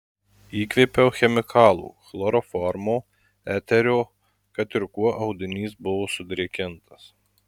įkvėpiau chemikalų chloroformo eterio kad ir kuo audinys buvo sudrėkintas